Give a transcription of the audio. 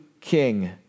King